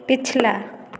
पिछला